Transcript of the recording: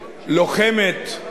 לוחמת,